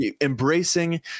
embracing